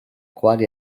quali